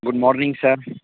good morning sir